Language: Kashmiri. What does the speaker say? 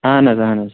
اَہَن حظ اَہَن حظ